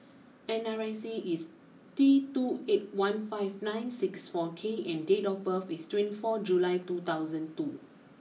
N R I C is T two eight one five nine six four K and date of birth is twenty four July two thousand two